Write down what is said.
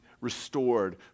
restored